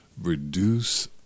reduce